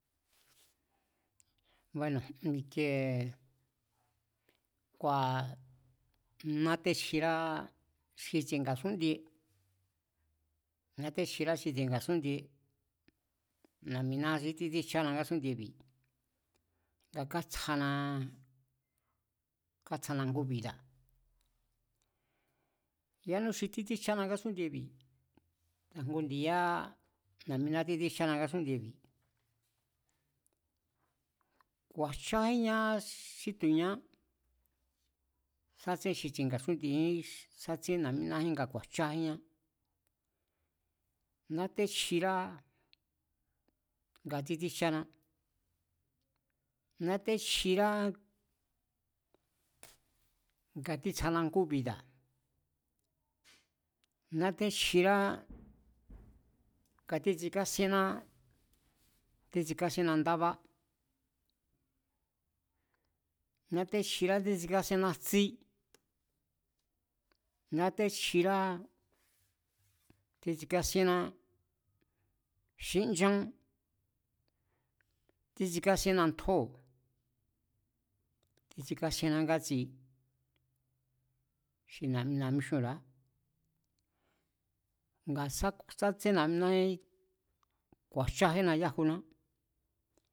Bueno̱ ikiee. ngua̱ nátéchjirá xi tsi̱e̱ nga̱súndie, nátéchjirá xi tsi̱e̱ nga̱súndie. Na̱'mina xí títsíjchána ngásún'ndiebi̱, nga kátsjana ngú bida̱, yánú xi títsíjchána ngásún'ndiebi̱, ta̱jngu nndi̱yá na̱'miná títsíjchána ngásún'ndiebi̱, ku̱a̱jchájínñá xi tu̱ ñá, sá tsén xi tsi̱e̱ nga̱sún'ndiejín sá tsén na̱'minajín nga ku̱a̱jchájínñá. Nátéchjirá nga títsíjcháná, nátéchjirá nga títsjana ngú bida̱, na̱téchjirá nga títsikásíénná, titsikásíénna ndába̱, na̱techjirá títsikásíénná jtsí, nátéchjirá títsikásíénná xí nchá, títsikásienna ntjóo̱, títsikásíénná ngátsi xi na̱'mina míxúnra̱a. Nga sá tsén na̱'miná jín, ku̱a̱jchajínna yájuná